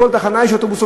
בכל תחנה יש אוטובוס.